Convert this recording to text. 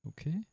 Okay